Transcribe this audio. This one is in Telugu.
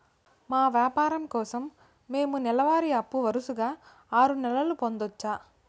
మా వ్యాపారం కోసం మేము నెల వారి అప్పు వరుసగా ఆరు నెలలు పొందొచ్చా?